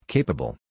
Capable